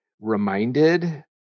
reminded